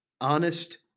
honest